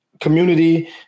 community